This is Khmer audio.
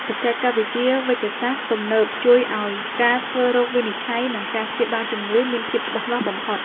បច្ចេកវិទ្យាវេជ្ជសាស្ត្រទំនើបជួយឱ្យការធ្វើរោគវិនិច្ឆ័យ និងការព្យាបាលជំងឺមានភាពច្បាស់លាស់បំផុត។